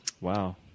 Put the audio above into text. Wow